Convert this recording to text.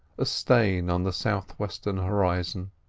a stain on the south-western horizon.